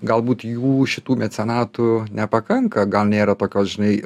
galbūt jų šitų mecenatų nepakanka gal nėra tokios žinai